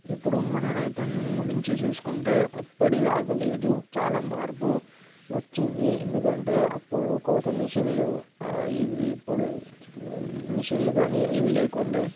ఇప్పుడు మన రైతాంగం గురించి చూసుకుంటే అప్పటిలాగా లేదు చాలా మార్పు వచ్చింది ఎందుకంటే అప్పుడు కోత మెషిన్లు ఇవి ఇప్పుడు మెషిన్లు కానీ ఏవి లేకుండే